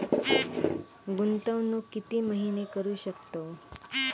गुंतवणूक किती महिने करू शकतव?